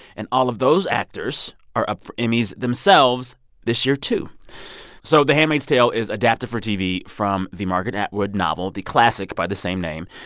and all of those actors are up for emmys themselves this year, too so the handmaid's tale is adapted for tv from the margaret atwood novel, the classic by the same name.